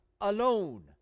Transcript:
alone